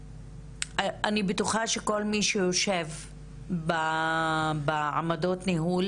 אני בטוחה שכל מי שיושב בעמדות הניהול